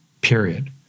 period